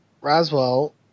Roswell